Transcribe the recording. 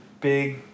big